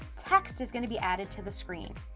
text is gonna be added to the screen.